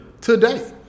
today